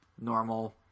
normal